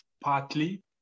partly